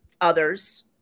others